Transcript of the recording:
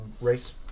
Race